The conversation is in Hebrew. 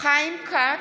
כץ,